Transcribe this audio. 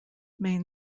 main